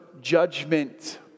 judgment